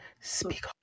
speak